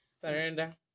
Surrender